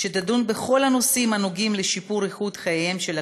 שתדון בכל הנושאים הנוגעים לשיפור איכות חייהם של הקשישים: